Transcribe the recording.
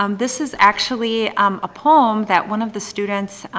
um this is actually um a poem that one of the students